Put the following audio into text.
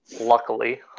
luckily